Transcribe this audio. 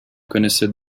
connaissait